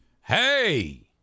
Hey